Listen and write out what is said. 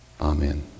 amen